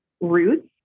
roots